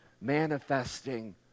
manifesting